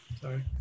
Sorry